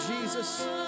Jesus